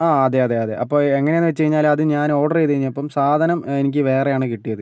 ആ അതെ അതെ അതെ അപ്പോൾ എങ്ങനെയാണെന്ന് വെച്ചു കഴിഞ്ഞാൽ അത് ഞാൻ ഓർഡർ ചെയ്തു കഴിഞ്ഞപ്പം സാധനം എനിക്ക് വേറെയാണ് കിട്ടിയത്